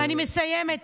אני מסיימת.